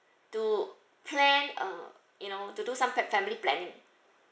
to claim uh you know to do some fam~ family planning